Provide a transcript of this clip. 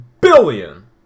billion